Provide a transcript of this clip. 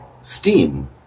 steam